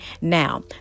Now